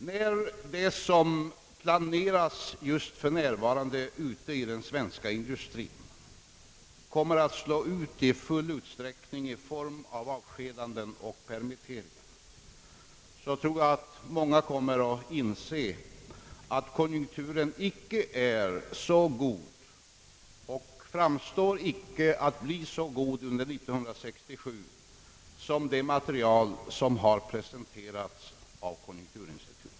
När det som planeras för närvarande inom den svenska industrien kommer att slå ut i full utsträckning i form av avskedanden och permitteringar, tror jag att många kommer att inse att konjunkturen icke är så god och icke tycks bli så god under 1967, jämfört med det material som har presenterats av konjunkturinstitutet.